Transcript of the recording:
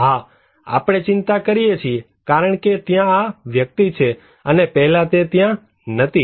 હા આપણે ચિંતા કરીએ છીએ કારણ કે ત્યાં આ વ્યક્તિ છે અને પહેલા તે ત્યાં ન હતી